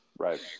Right